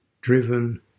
driven